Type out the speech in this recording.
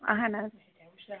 اَہن حظ